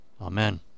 Amen